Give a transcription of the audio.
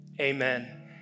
Amen